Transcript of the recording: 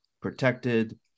protected